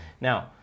Now